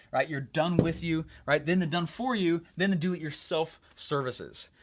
right? you're done with you, right? then the done for you, then the do it yourself services,